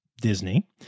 Disney